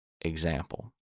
example